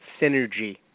synergy